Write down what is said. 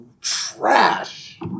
trash